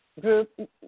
group